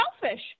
selfish